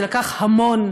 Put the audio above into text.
זה לקח המון,